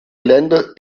länder